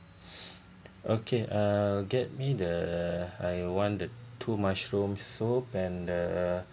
okay uh get me the I want the two mushroom soup and the